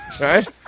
right